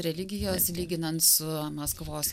religijos lyginant su maskvos